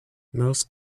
most